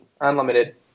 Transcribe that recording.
unlimited